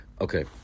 Okay